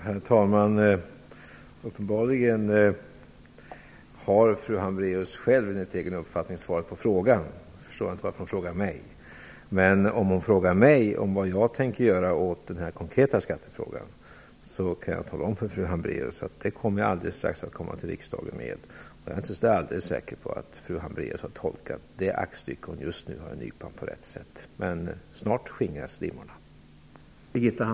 Herr talman! Uppenbarligen har fru Hambraeus själv, enligt egen uppfattning, svarat på frågan. Jag förstår inte varför hon frågar mig. Men om hon frågar mig om vad jag tänker göra åt den här konkreta skattefrågan kan jag tala om för fru Hambraeus att jag alldeles strax återkommer till riksdagen med besked. Jag är inte alldeles säker på att fru Hambraeus har tolkat det aktstycke som hon nu har i nypan på rätt sätt. Men snart skingras dimmorna.